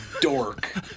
dork